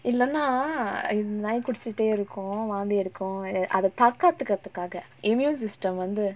இல்லனா இந்த நாய் குடிச்சிட்டே இருக்கு வாந்தி எடுக்கு:illana intha naai kudichittae irukku vaanthi eduku err அத தற்காத்துக்குறதுக்காக:atha tharkaathukurathukaaga immune system வந்து:vanthu